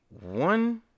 One